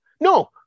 No